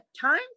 Time